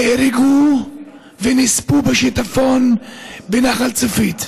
נהרגו ונספו בשיטפון בנחל צפית.